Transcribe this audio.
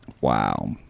Wow